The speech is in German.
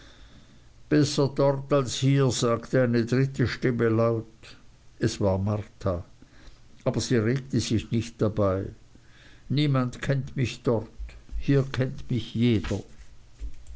besser dort als hier sagte eine dritte stimme laut es war marta aber sie regte sich nicht dabei niemand kennt mich dort hier kennt mich jeder